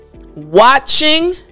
Watching